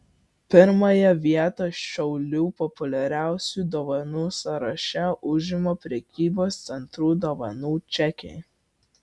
pirmąją vietą šaulių populiariausių dovanų sąraše užima prekybos centrų dovanų čekiai